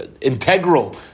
integral